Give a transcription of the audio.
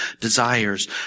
desires